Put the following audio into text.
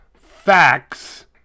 Facts